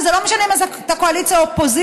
וזה לא משנה אם אתה קואליציה או אופוזיציה,